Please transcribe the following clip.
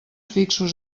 fixos